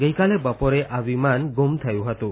ગઇકાલે બપોરે આ વિમાન ગુમ થયું હતું